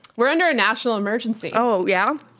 we're under a national emergency. oh yeah.